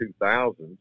2000s